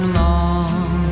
long